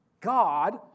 God